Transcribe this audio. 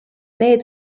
need